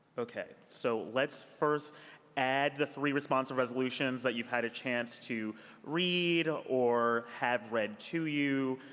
okay. so let's first add the three responsive resolutions that you've had a chance to read or have read to you.